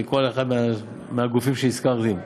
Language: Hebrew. לכל אחד מהגופים שהזכרתי.